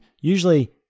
usually